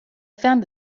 found